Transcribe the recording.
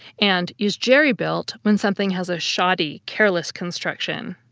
and use jerry-built when something has a shoddy, careless construction.